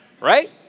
right